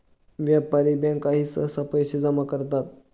व्यापारी बँकाही सहसा पैसे जमा करतात